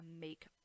make